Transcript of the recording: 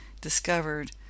discovered